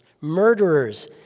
murderers